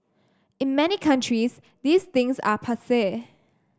in many countries these things are passe